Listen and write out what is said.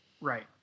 right